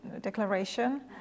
declaration